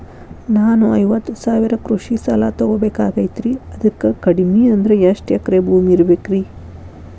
ನಾನು ಐವತ್ತು ಸಾವಿರ ಕೃಷಿ ಸಾಲಾ ತೊಗೋಬೇಕಾಗೈತ್ರಿ ಅದಕ್ ಕಡಿಮಿ ಅಂದ್ರ ಎಷ್ಟ ಎಕರೆ ಭೂಮಿ ಇರಬೇಕ್ರಿ?